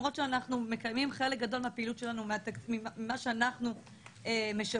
למרות שאנחנו מקיימים חלק גדול מהפעילות שלנו ממה שאנחנו משווקים,